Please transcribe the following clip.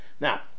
Now